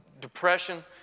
depression